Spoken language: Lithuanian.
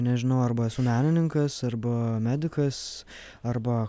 nežinau arba esu menininkas arba medikas arba